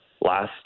last